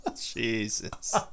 Jesus